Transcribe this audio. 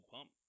Pump